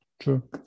true